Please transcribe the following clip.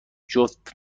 جفت